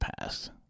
past